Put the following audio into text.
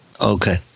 Okay